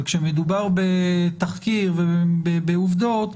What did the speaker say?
אבל כשמדובר בתחקיר ובעובדות,